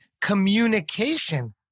communication